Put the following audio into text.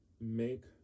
make